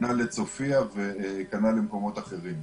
כנ"ל ל"צופיה" וכנ"ל למקומות אחרים.